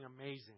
amazing